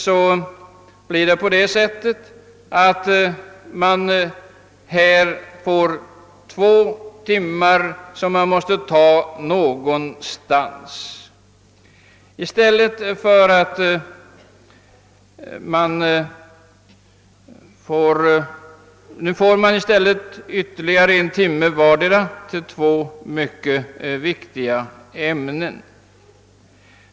Genom att ta en timme till hemkunskap och en timme till kemi blir det inte några timmar över till fritt valt arbete i årskurs 7. Men timmarna måste ju tas någonstans och man får härmed en timmes förstärkning för vart och ett av dessa viktiga ämnen.